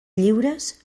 lliures